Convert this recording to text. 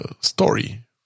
story